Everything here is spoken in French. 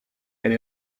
elle